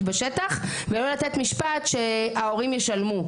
בשטח ולא לתת משפט שההורים ישלמו,